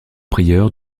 prieur